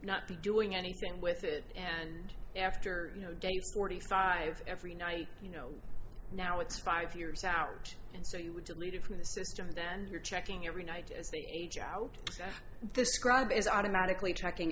not be doing anything with it and after you know forty five every night you know now it's five years out and so you would delete it from the system then your checking every night as they age out the scribe is automatically checking